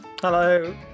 Hello